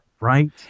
right